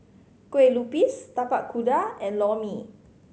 Kueh Lupis Tapak Kuda and Lor Mee